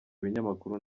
ibinyamakuru